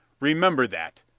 remember that,